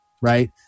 right